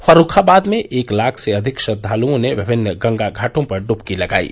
फर्रूखाबाद में एक लाख से अधिक श्रद्वालुओं ने विभिन्न गंगा घाटों पर ड्बकी लगायी